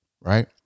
right